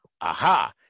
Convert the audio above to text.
Aha